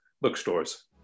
bookstores